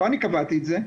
לא אני קבעתי את זה,